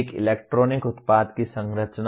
एक इलेक्ट्रॉनिक उत्पाद की संरचना